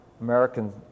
American